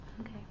Okay